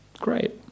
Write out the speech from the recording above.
great